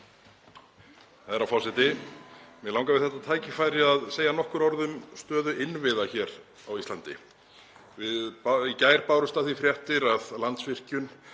Herra forseti. Mig langar við þetta tækifæri að segja nokkur orð um stöðu innviða hér á Íslandi. Í gær bárust af því fréttir að Landsvirkjun